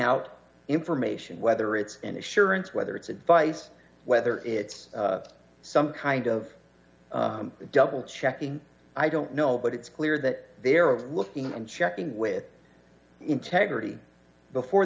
out information whether it's an assurance whether it's advice whether it's some kind of double checking i don't know but it's clear that they're over looking and checking with integrity before